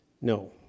No